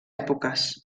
èpoques